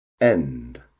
end